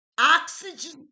oxygen